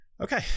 okay